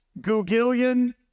Gugillion